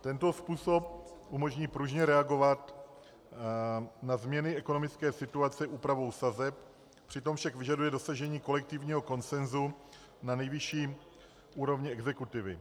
Tento způsob umožní pružně reagovat na změny ekonomické situace úpravou sazeb, přitom však vyžaduje dosažení kolektivního konsenzu na nejvyšší úrovni exekutivy.